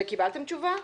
וקיבלתם תשובה?